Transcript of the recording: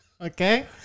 Okay